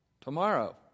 Tomorrow